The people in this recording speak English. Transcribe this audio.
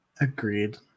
agreed